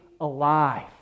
alive